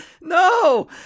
No